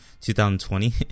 2020